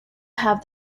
have